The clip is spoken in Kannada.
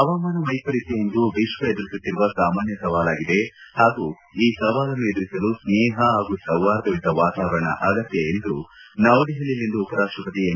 ಪವಾಮಾನ ವೈಪರೀತ್ಯ ಇಂದು ವಿಶ್ವ ಎದುರಿಸುತ್ತಿರುವ ಸಾಮಾನ್ಯ ಸವಾಲಾಗಿದೆ ಹಾಗೂ ಈ ಸವಾಲನ್ನು ಎದುರಿಸಲು ಸ್ನೇಪ ಹಾಗೂ ಸೌಹಾರ್ದಯುತ ವಾತಾವರಣ ಅಗತ್ಯ ಎಂದು ನವದೆಪಲಿಯಲ್ಲಿಂದು ಉಪರಾಷ್ಟಪತಿ ಎಂ